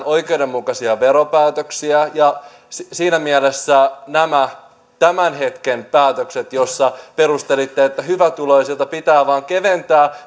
oikeudenmukaisia veropäätöksiä siinä mielessä nämä tämän hetken päätökset joita perustelitte niin että hyvätuloisilta pitää vain keventää